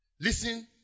Listen